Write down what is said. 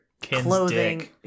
clothing